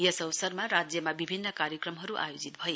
यस अवसरमा राज्यमा विभिन्न कार्यक्रमहरू आयोजित भए